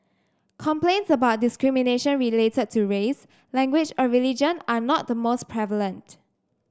complaints about discrimination related to race language or religion are not the most prevalent